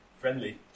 friendly